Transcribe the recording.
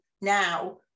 now